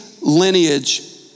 lineage